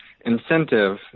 incentive